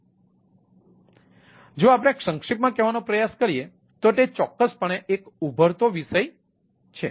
તેથી જો આપણે સંક્ષિપ્તમાં કહેવાનો પ્રયાસ કરીએ તો તે ચોક્કસપણે એક ઉભરતો વિષય છે